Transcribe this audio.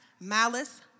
malice